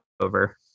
over